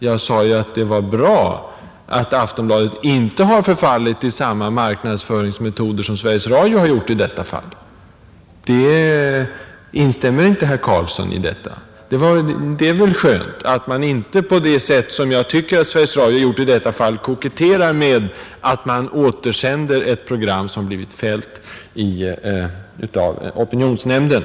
Jag sade att det var bra att Aftonbladet inte har förfallit till samma marknadsföringsmetoder som Sveriges Radio har gjort i detta fall. Instämmer inte herr Carlsson i detta? Det är väl skönt att man inte Nr 62 på det sätt, som jag tycker att Sveriges Radio gjort i detta fall, koketterar Torsdagen den med att man åter upprepar något som blivit fällt av opinionsnämnden.